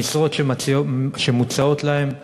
המשרות שמוצעות להם,